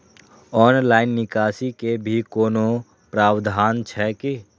Online निकासी के भी कोनो प्रावधान छै की?